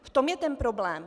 V tom je ten problém.